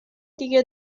دیگه